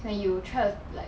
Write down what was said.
when you try to like